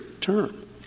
term